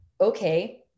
okay